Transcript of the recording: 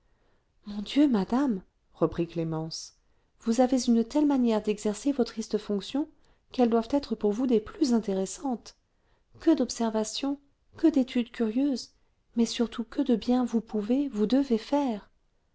mon dieu madame reprit clémence vous avez une telle manière d'exercer vos tristes fonctions qu'elles doivent être pour vous des plus intéressantes que d'observations que d'études curieuses mais surtout que de bien vous pouvez vous devez faire